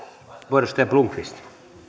arvoisa